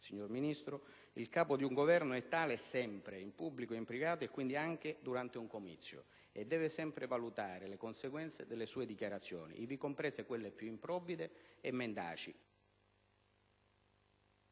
- e concludo - il Capo di un Governo è tale sempre, in pubblico e in privato, e quindi anche durante un comizio, e deve sempre valutare le conseguenze delle sue dichiarazioni, ivi comprese quelle più improvvide e mendaci